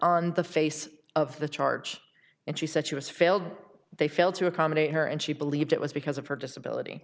on the face of the charge and she said she was failed they failed to accommodate her and she believed it was because of her disability